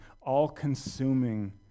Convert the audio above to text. all-consuming